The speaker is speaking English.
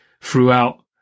throughout